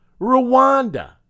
Rwanda